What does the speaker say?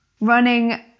Running